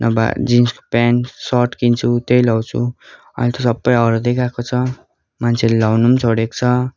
नभए jeans pant shirt किन्छु त्यही लाउँछु अहिले त सबै हराउँदै गएको छ मान्छेले लाउनु पनि छोडेको छ